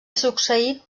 succeït